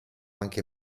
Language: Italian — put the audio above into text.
anche